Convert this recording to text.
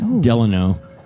Delano